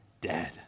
dead